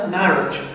marriage